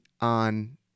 on